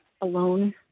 alone